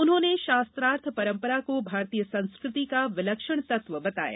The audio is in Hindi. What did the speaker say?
उन्होंने शास्त्रार्थ परंपरा को भारतीय संस्कृति का विलक्षण तत्व बताया